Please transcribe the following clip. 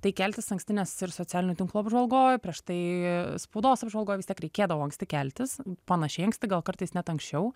tai keltis anksti nes ir socialinių tinklų apžvalgoj prieš tai spaudos apžvalgoj vis tiek reikėdavo anksti keltis panašiai anksti gal kartais net anksčiau